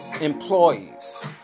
Employees